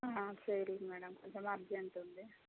చేయుర్రి madam కొంచెం urgent ఉంది